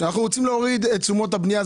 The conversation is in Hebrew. כשאנחנו רוצים להוריד את תשומות הבנייה,